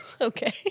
Okay